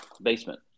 Basement